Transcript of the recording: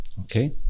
Okay